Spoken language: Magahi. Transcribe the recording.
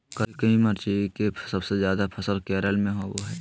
करिककी मिरचाई के सबसे ज्यादा फसल केरल में होबो हइ